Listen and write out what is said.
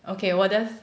okay 我 just